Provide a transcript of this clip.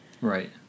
right